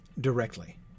directly